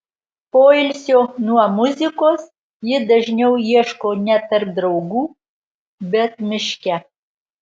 poilsio nuo muzikos ji dažniau ieško ne tarp draugų bet miške